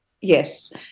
Yes